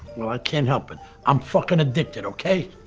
well i can't help it. i'm fucking addicted, okay?